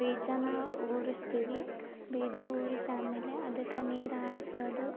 ಬೀಜನ ಉರಿಸ್ತೀವಿ ಬೀಜ ಉರಿಸಿ ಆದ್ಮೇಲೆ ಅದಕ್ಕೆ ನೀರು ಹಾಸೋದು